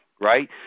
Right